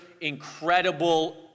incredible